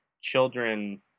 children